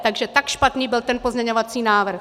Takže tak špatný byl ten pozměňovací návrh.